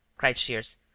cried shears,